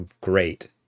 Great